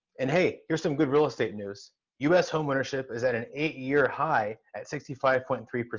and hey here's some good real estate news us home ownership is at an eight-year high at sixty five point three!